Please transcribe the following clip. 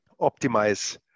optimize